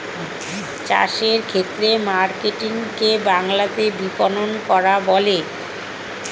চাষের ক্ষেত্রে মার্কেটিং কে বাংলাতে বিপণন করা বলে